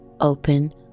open